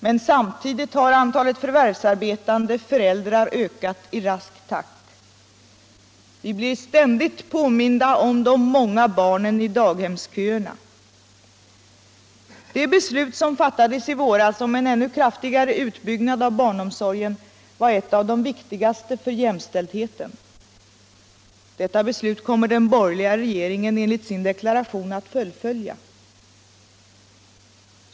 Men samtidigt har antalet förvärvsarbetande föräldrar ökat i rask takt. Vi blir ständigt påminda om de många barnen i daghemsköerna. Det beslut som fattades i våras om en ännu kraftigare utbyggnad av barnomsorgen var ett av de viktigaste för jämställdheten. Detta beslut kommer den borgerliga regeringen enligt sin deklaration att fullfölja.